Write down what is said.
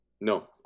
No